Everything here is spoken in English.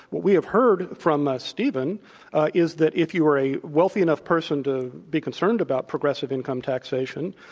what we have heard from stephen is that if you are a wealthy enough person to be concerned about progressive income taxation,